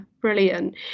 brilliant